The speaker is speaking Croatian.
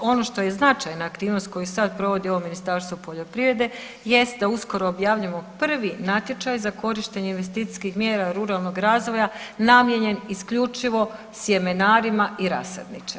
Ono što je značajna aktivnost koju sad provodi ovo Ministarstvo poljoprivrede jest da uskoro objavljujemo prvi natječaj za korištenje investicijskih mjera ruralnog razvoja namijenjen isključivo smjenarima i rasadničarima.